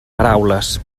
paraules